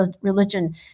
religion